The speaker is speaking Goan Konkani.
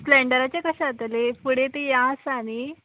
स्पेलंडराचेर कशें जातलें फुडें ती हें आसा न्ही